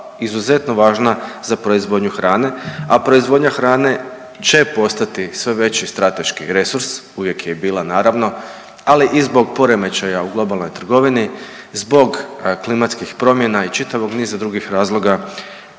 izuzetno važna za proizvodnju hrane, a proizvodnja hrane će postati sve veći strateški resurs, uvijek je i bila naravno, ali i zbog poremećaja u globalnoj trgovini, zbog klimatskih promjena i čitavog niza drugih razloga